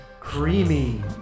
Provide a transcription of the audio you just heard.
Creamy